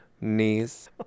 knees